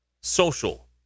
social